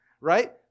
right